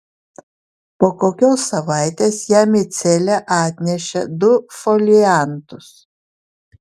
po kokios savaitės jam į celę atnešė du foliantus